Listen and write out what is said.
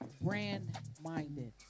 brand-minded